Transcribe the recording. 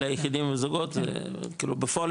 ליחידים וזוגות זה כאילו בפועל,